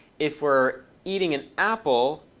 if we're eating an apple,